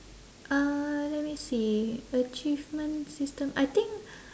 uh let me see achievement system I think